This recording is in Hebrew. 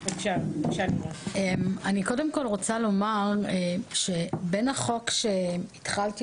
אני קודם כל רוצה לומר שבין החוק שהכנתי